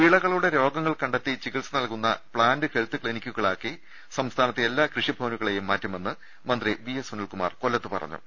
വിളകളുടെ രോഗങ്ങൾ കണ്ടെത്തി ചികിത്സ നൽകുന്ന പ്ലാന്റ് ഹെൽത്ത് ക്സിനിക്കുകളായി സംസ്ഥാനത്തെ എല്ലാ കൃഷിഭവനുകളെയും മാറ്റുമെന്ന് മന്ത്രി വി എസ് സുനിൽകുമാർ കൊല്ലത്ത് പറഞ്ഞു